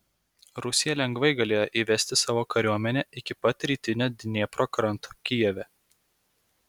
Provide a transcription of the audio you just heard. rusija lengvai galėjo įvesti savo kariuomenę iki pat rytinio dniepro kranto kijeve